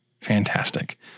Fantastic